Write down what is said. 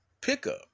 pickup